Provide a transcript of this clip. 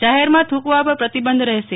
જાહેરમાં થૂંકવા પર પ્રતિબંધ રહેશે